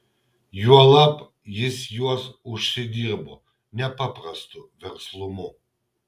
juolab jis juos užsidirbo nepaprastu verslumu